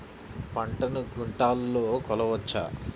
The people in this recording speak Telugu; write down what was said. పంటను క్వింటాల్లలో కొలవచ్చా?